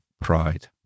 Pride